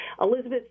Elizabeth